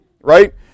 right